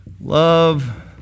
Love